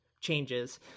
changes